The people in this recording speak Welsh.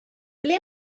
ble